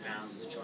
pounds